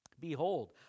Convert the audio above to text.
Behold